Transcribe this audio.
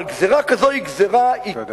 אבל גזירה כזאת היא גזירה, תודה.